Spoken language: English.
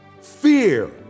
Fear